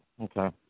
Okay